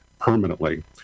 permanently